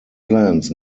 plans